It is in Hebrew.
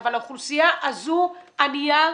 אבל האוכלוסייה הזו ענייה,